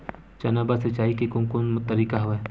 चना बर सिंचाई के कोन कोन तरीका हवय?